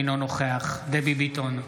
אינו נוכח דבי ביטון,